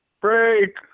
break